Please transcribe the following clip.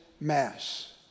Mass